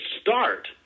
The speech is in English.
start